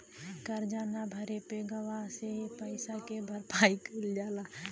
करजा न भरे पे गवाह से ही पइसा के भरपाई कईल जाला